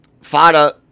Fada